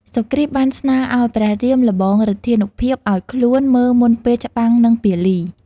សុគ្រីពបានស្នើឱ្យព្រះរាមល្បងឫទ្ធានុភាពឱ្យខ្លួនមើលមុនពេលច្បាំងនឹងពាលី។